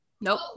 Nope